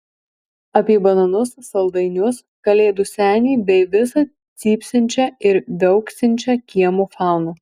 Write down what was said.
apie bananus saldainius kalėdų senį bei visą cypsinčią ar viauksinčią kiemo fauną